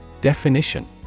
Definition